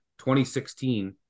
2016